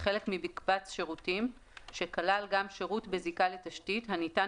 כחלק ממקבץ שירותים שכלל גם שירות בזיקה לתשתית הניתן